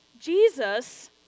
Jesus